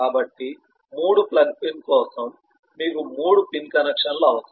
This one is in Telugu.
కాబట్టి 3 ప్లగ్ పిన్ కోసం మీకు 3 పిన్ కనెక్షన్ లు అవసరం